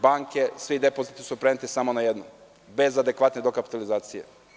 banke, a svi depoziti su preneti samo na jednu bez adekvatne dokapitalizacije?